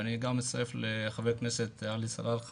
אני גם מצטרף לחבר הכנסת עלי סלאלחה